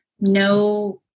no